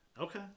Okay